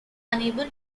unable